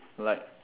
like